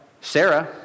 Sarah